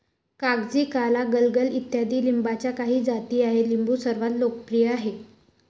कागजी, काला, गलगल इत्यादी लिंबाच्या काही जाती आहेत लिंबू सर्वात लोकप्रिय आहे